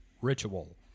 ritual